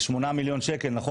זה 8 מיליון שקל, נכון?